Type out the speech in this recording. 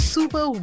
Super